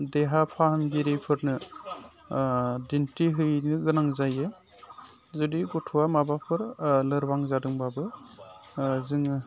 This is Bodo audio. देहा फाहागिरिफोरनो दिन्थिहैनो गोनां जायो जुदि गथ'आ माबाफोर लोरबां जादोंब्लाबो जोङो